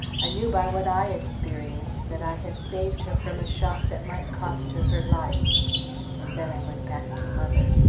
i knew by what i experienced that i had saved her from a shock that might cost her her life and then i went back to mother.